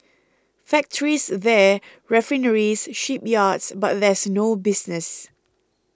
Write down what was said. factories there refineries shipyards but there's no business